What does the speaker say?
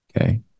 okay